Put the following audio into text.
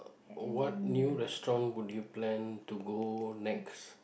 oh what new restaurant would you plan to go next